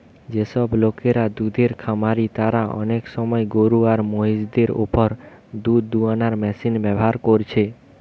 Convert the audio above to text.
যেসব লোকরা দুধের খামারি তারা অনেক সময় গরু আর মহিষ দের উপর দুধ দুয়ানার মেশিন ব্যাভার কোরছে